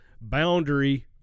Boundary